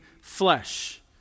flesh